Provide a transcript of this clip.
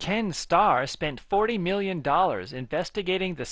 ken starr spent forty million dollars investigating the